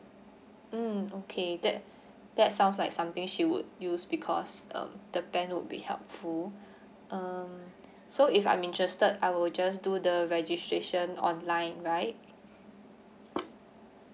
mm okay that that sounds like something she would use because um the brand would be helpful um so if I'm interested I will just do the registration online right